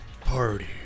Party